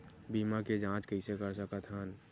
बीमा के जांच कइसे कर सकत हन?